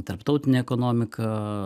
tarptautinė ekonomika